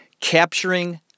Capturing